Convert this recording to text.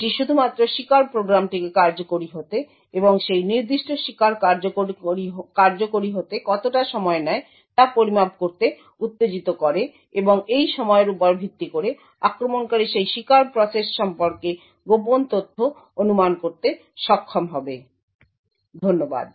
এটি শুধুমাত্র শিকার প্রোগ্রামটিকে কার্যকরি হতে এবং সেই নির্দিষ্ট শিকার কার্যকরি হতে কতটা সময় নেয় তা পরিমাপ করতে উত্তেজিত করে এবং এই সময়ের উপর ভিত্তি করে আক্রমণকারী সেই শিকার প্রসেস সম্পর্কে গোপন তথ্য অনুমান করতে সক্ষম হবে ধন্যবাদ